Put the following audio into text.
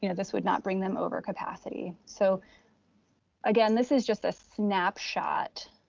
you know this would not bring them over capacity. so again, this is just a snapshot